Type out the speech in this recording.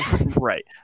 Right